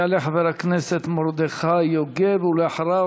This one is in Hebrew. יעלה חבר הכנסת מרדכי יוגב, ואחריו,